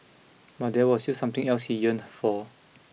but there was still something else he yearned for